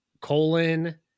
colon